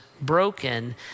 broken